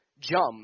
jump